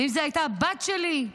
ואם זאת הייתה הבת שלי,